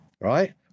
right